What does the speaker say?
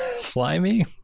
Slimy